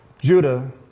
Judah